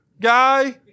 guy